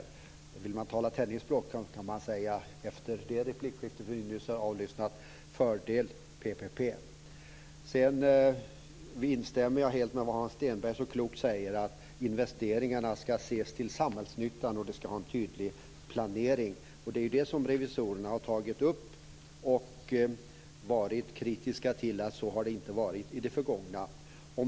Om man vill tala tennisspråk kan man säga efter det replikskifte vi just har avlyssnat: fördel PPP. Jag instämmer helt när Hans Stenberg så klokt säger att investeringarna ska ses till samhällsnyttan och ska ha en tydlig planering. Det är det som revisorerna har tagit upp. De har varit kritiska till att det inte har varit så i det förgångna.